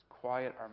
quiet